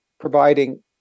providing